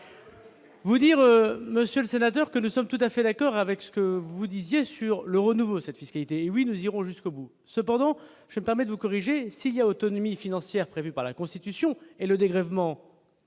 Vous dire, Monsieur le Sénateur, que nous sommes tout à fait d'accord avec ce que vous disiez sur le renouveau cette fiscalité, oui, nous irons jusqu'au bout, cependant je me permets de vous corriger, s'il y a autonomie financière prévue par la Constitution et le dégrèvement